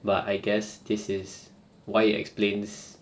but I guess this is why explains